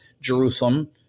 Jerusalem